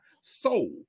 soul